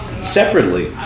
separately